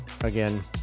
again